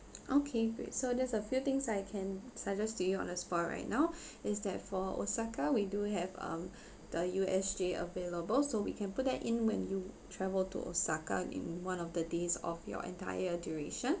okay great so there's a few things I can suggest to you on the spot right now is that for osaka we do have um the U_S_J available so we can put there in when you travel to osaka in one of the days of your entire duration